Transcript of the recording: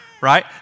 right